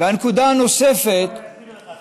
והנקודה הנוספת, בוא אני אסביר לך.